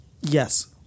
yes